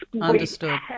understood